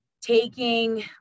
taking